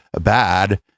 bad